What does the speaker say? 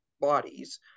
bodies